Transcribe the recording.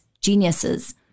geniuses